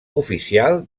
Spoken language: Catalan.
oficial